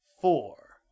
four